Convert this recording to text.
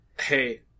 Hey